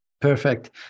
Perfect